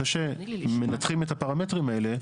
אחרי שמנתחים את הפרמטרים האלה,